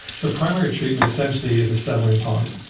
so primary treatment essentially is a settling pond.